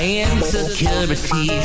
insecurity